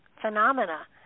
phenomena